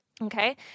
Okay